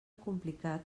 complicat